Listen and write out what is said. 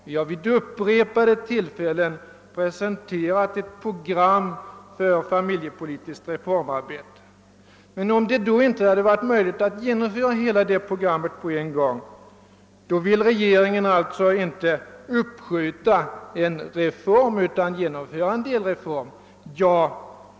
Vi har vid upprepade tillfällen presenterat ett program för familjepolitiskt reformarbete. Om det inte är möjligt att genomföra programmet på en gång, vill regeringen inte uppskjuta en delreform, utan genomföra den.